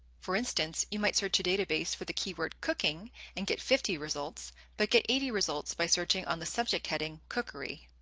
for instance, you might search a database for the keyword cooking and get fifty results but get eighty results by searching on the subject heading cookery.